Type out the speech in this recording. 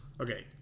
Okay